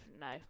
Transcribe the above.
no